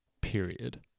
period